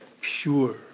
pure